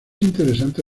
interesante